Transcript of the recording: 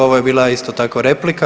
Ovo je bila isto tako replika.